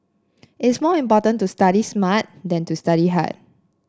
it is more important to study smart than to study hard